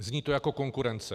Zní to jako konkurence.